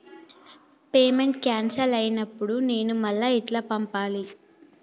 Payment cancel అయినపుడు నేను మళ్ళా ఎట్ల పంపాలే?